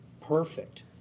perfect